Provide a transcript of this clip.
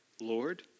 Lord